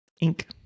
ink